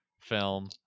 film